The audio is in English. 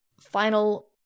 final